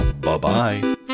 Bye-bye